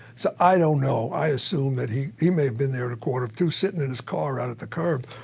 so, i don't know, i assume that he, he may have been there at a quarter of two sitting in his car out at the curb,